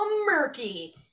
murky